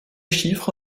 chiffre